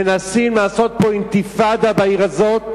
מנסים לעשות פה אינתיפאדה בעיר הזאת